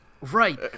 Right